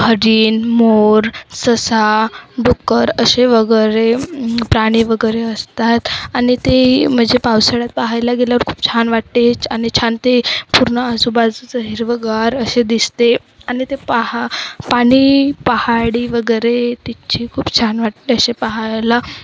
हरीण मोर ससा डुक्कर असे वगैरे प्राणी वगैरे असतात आणि ते म्हणजे पावसाळ्यात पाहायला गेल्यावर खूप छान वाटते आणि छान ते पूर्ण आजूबाजूचा हिरवंगार असे दिसते आणि ते पहा पाणी पहाडी वगैरे तिथची खूप छान वाटते असे पाहायला